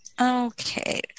Okay